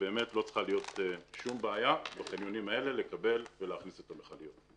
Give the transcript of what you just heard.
לכן לא צריכה להיות שום בעיה להכניס את המכליות בחניונים האלה.